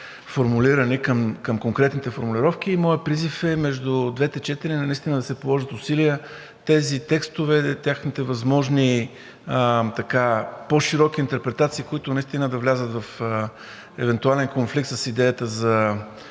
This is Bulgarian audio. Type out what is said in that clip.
към конкретните формулировки. Моят призив е между двете четения да се положат усилия тези текстове, техните възможни по-широки интерпретации да не влязат в евентуален конфликт с идеята за